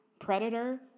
predator